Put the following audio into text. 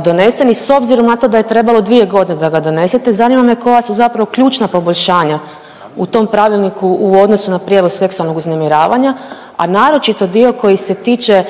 donesen i s obzirom na to da je trebalo 2 godine da ga donesete zanima me koja su zapravo ključna poboljšanja u tom pravilniku u odnosu na prijavu seksualnog uznemiravanja, a naročito dio koji se tiče